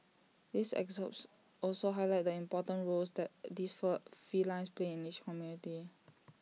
these excerpts also highlight the important roles that these four felines play in each community